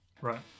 right